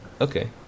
Okay